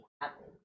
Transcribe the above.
happen